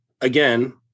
again